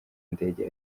ndege